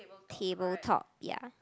table top ya